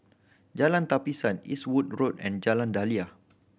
Jalan Tapisan Eastwood Road and Jalan Daliah